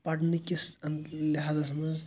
پَرنٕکِس لِحاظَس منٛز